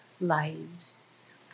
lives